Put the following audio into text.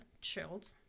chilled